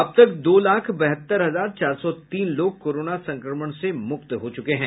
अब तक दो लाख बहत्तर हजार चार सौ तीन लोग कोरोना संक्रमण से मुक्त हो चुके हैं